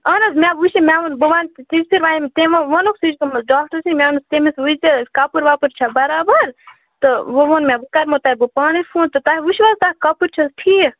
اَہَن حظ مےٚ وُچھ تہٕ مےٚ ووٚن بہٕ وَنہٕ تِژ پھرۍ وَنے مےٚ تمو وُنُکھ سۄ چھِ گٔمٕژ ڈاکٹرَس نِش مےٚ ووٚنٕس تٔمِس وُچھ زِ کَپُر وَپُر چھا برابر تہٕ وۄنۍ ووٚن مےٚ بہٕ کَرٕمَو تۄہہِ پانے فون تۄہہِ وُچھِوٕ حظ تَتھ کَپُر چھِ حظ ٹھیٖک